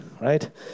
right